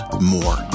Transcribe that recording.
more